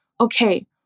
okay